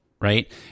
right